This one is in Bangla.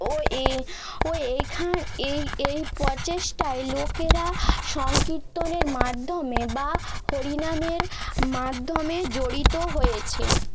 ও এই ও এইখান এই এই প্রচেষ্টায় লোকেরা সংকীর্তনের মাধ্যমে বা হরিনামের মাধ্যমে জড়িত হয়েছে